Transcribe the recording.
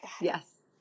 Yes